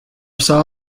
saw